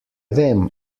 vem